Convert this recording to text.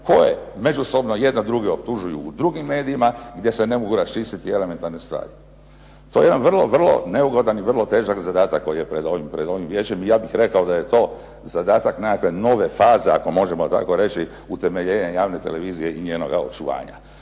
koje međusobno jedna drugu optužuju u drugim medijima i gdje se ne mogu raščistiti elementarne stvari. To je jedan vrlo neugodan i vrlo težak zadatak koji je pred ovim vijećem i ja bih rekao da je to zadatak nekakve nove faze, ako možemo tako reći, utemeljenja javne televizije i njenoga očuvanja.